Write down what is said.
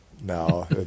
no